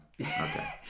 Okay